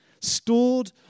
Stored